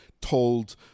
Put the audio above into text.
told